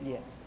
Yes